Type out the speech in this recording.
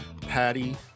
Patty